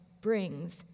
brings